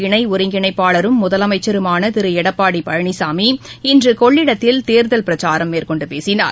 இணைஒருங்கிணைப்பாளரும் முதலமைச்சருமானதிருஎடப்பாடிபழனிசாமி அஇஅதிமுக இன்றுகொள்ளிடத்தில் தேர்தல் பிரச்சாரம் மேற்கொண்டுபேசினார்